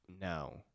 no